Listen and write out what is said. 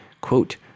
quote